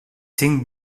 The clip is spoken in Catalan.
cinc